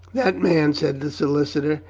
that man, said the solicitor,